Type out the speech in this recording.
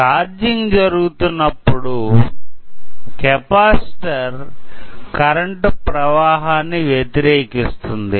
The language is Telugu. ఛార్జింగ్ జరుగుతున్నప్పుడు కెపాసిటర్ కరెంటు ప్రవాహాన్ని వ్యతిరేకిస్తుంది